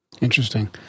Interesting